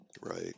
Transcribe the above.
Right